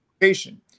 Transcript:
education